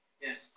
yes